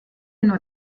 nur